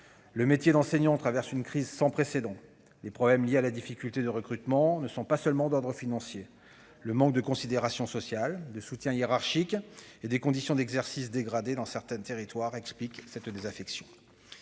Le métier d'enseignant traverse une crise sans précédent ; les difficultés de recrutement ne sont pas seulement d'ordre financier. Le manque de considération sociale et de soutien hiérarchique, ainsi que des conditions d'exercice dégradées dans certains territoires expliquent la désaffection